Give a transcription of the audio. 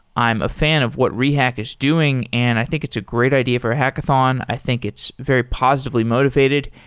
i'm a fan of what rehack is doing doing and i think it's a great idea for a hackathon. i think it's very positively motivated.